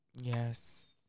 Yes